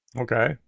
Okay